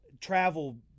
travel